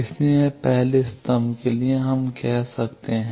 इसलिए पहले स्तंभ के लिए हम कह सकते हैं